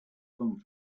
come